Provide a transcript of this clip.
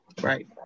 right